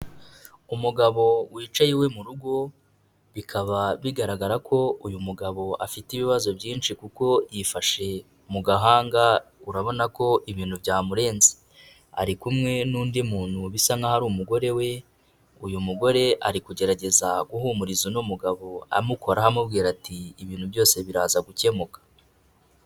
Umugabo wicaye iwe mu rugo, bikaba bigaragara ko uyu mugabo afite ibibazo byinshi kuko yifashe mu gahanga, urabona ko ibintu byamurenze, ari kumwe n'undi muntu bisa nk'aho ari umugore we, uyu mugore ari kugerageza guhumuriza uno mugabo amukoraho, amubwira ati ibintu byose biraza gukemuka.